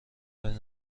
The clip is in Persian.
کاری